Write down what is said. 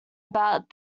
about